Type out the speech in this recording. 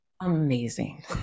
amazing